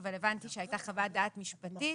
אבל הבנתי שהייתה חוות דעת משפטית